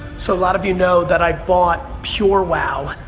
so a lot of you know that i bought purewow